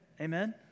Amen